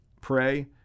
Pray